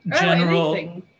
general